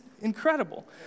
incredible